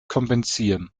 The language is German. kompensieren